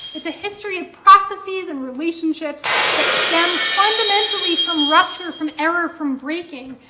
it's a history of processes and relationships that stem fundamentally from rupture, from error, from breaking,